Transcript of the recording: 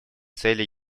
цели